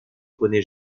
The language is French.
rené